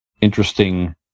Interesting